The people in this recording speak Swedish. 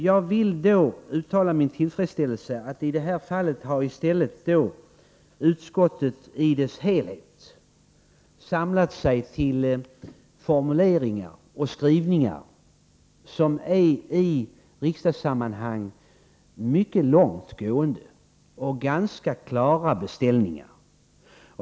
Jag vill uttala min tillfredsställelse över att utskottet i dess helhet i det här fallet i stället har samlat sig till formuleringar och skrivningar som i riksdagssammanhang är mycket långtgående och innebär ganska klara beställningar.